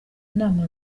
inama